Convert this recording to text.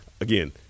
again